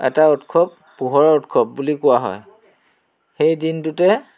এটা উৎসৱ পোহৰৰ উৎসৱ বুলি কোৱা হয় সেই দিনটোতে